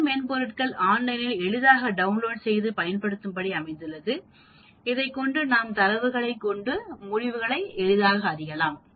சில மென்பொருட்கள் ஆன்லைனில் எளிதாக டவுன்லோட் செய்து பயன்படுத்தும் படி அமைந்துள்ளது இதை கொண்டு நாம் தரவுகளைக் கொண்டு முடிவுகளை அறியலாம்